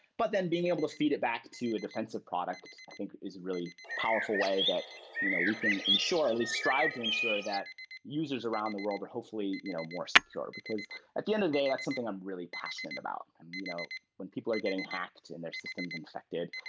but then being able to feed it back to a defensive products i think is really powerful way that you know we can ensure, at least strive to ensure that users around the world are hopefully you know more secure, because at the end of the day, that's something i'm really passionate about. you know when people are getting hacked and their system is infected,